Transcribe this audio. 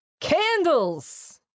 Candles